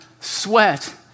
sweat